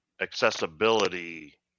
accessibility